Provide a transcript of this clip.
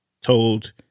told